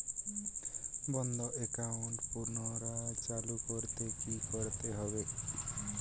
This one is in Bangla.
বন্ধ একাউন্ট পুনরায় চালু করতে কি করতে হবে?